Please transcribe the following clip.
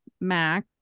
Mac